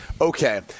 Okay